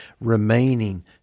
remaining